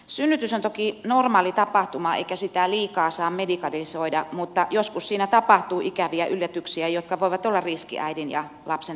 synnytys on toki normaali tapahtuma eikä sitä liikaa saa medikalisoida mutta joskus siinä tapahtuu ikäviä yllätyksiä jotka voivat olla riski äidin ja lapsen terveydelle